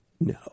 No